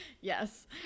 Yes